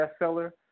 bestseller